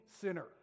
sinner